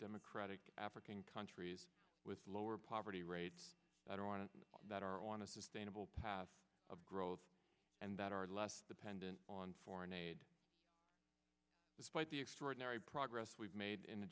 democratic african countries with lower poverty rate i don't want to know that are on a sustainable path of growth and that are less dependent on foreign aid despite the extraordinary progress we've made in